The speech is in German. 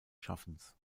schaffens